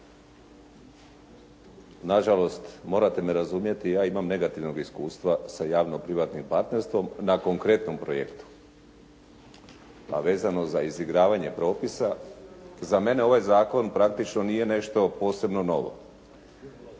Nažalost, morate me razumjeti, ja imam negativnog iskustva sa javno-privatnim partnerstvom na konkretnom projektu. A vezano za izigravanje propisa, za mene ovaj zakon praktično nije nešto posebno novo.